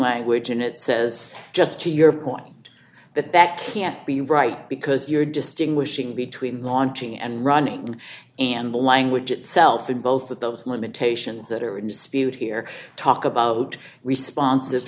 language and it says just to your point that that can't be right because you're distinguishing between launching and running and the language itself and both of those limitations that are in dispute here talk about respons